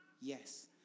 yes